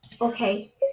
Okay